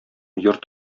йорт